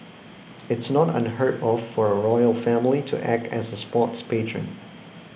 it's not unheard of for a royal family to act as a sports patron